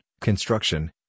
construction